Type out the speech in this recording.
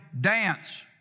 Dance